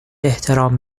احترام